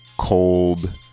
cold